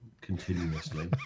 continuously